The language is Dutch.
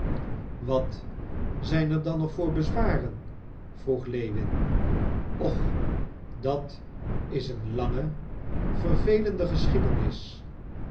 wat zijn er dan nog voor bezwaren vroeg lewin och dat is een lange en vervelende geschiedenis